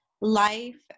life